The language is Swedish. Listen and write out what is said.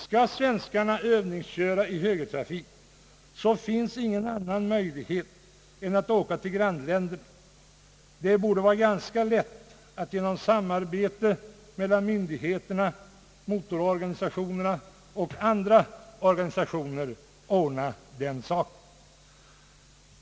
Skall svenskarna övningsköra i högertrafik, finns ingen annan möjlighet än att åka till grannländerna. Det borde vara ganska lätt att genom samarbete mellan myndigheterna, motororganisationerna och andra organisationer ordna den saken.